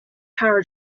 power